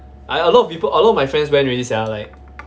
uh a lot of people a lot of my friends went already sia like